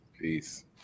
Peace